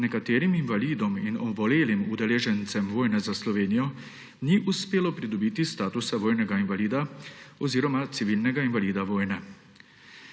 nekaterim invalidom in obolelim udeležencem vojne za Slovenijo ni uspelo pridobiti statusa vojnega invalida oziroma civilnega invalida vojne.